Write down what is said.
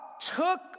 took